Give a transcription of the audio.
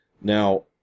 Now